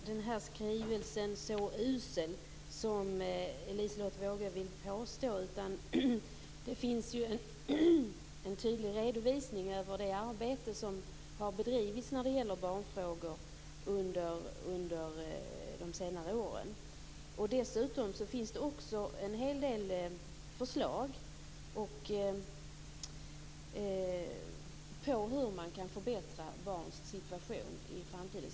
Herr talman! Nu är inte skrivelsen så usel som Liselotte Wågö vill påstå. Det finns en tydlig redovisning av det arbete som har bedrivits när det gäller barnfrågor under de senare åren. Dessutom finns det en hel del förslag till hur man kan förbättra barns situation i framtiden.